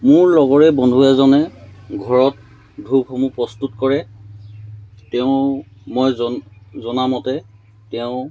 মোৰ লগৰে বন্ধু এজনে ঘৰত ধূপসমূহ প্ৰস্তুত কৰে তেওঁ মই জন জনামতে তেওঁ